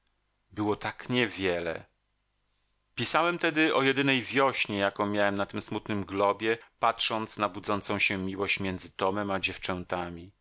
było tak nie wiele pisałem tedy o jedynej wiośnie jaką miałem na tym smutnym globie patrząc na budzącą się miłość między tomem a dziewczętami